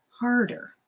harder